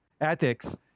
Ethics